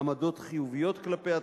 עמדות חיוביות כלפי התפקיד,